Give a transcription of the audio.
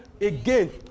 again